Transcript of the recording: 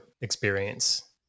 experience